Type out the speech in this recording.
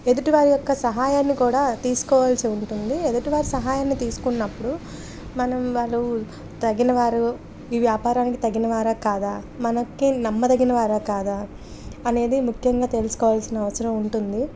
ఎదుటి వారి యొక్క సహాయాన్ని కూడా తీసుకోవాల్సి ఉంటుంది ఎదుటివారి సహాయాన్ని తీసుకున్నప్పుడు మనం వాళ్ళు తగినవారు ఈ వ్యాపారానికి తగిన వారా కాదా మనకి నమ్మదగిన వారా కాదా అనేది ముఖ్యంగా తెలుసుకోవాల్సిన అవసరం ఉంటుంది